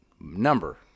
Number